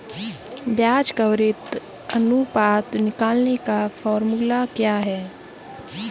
ब्याज कवरेज अनुपात निकालने का फॉर्मूला क्या है?